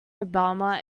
obama